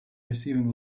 receiving